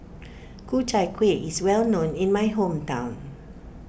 Ku Chai Kuih is well known in my hometown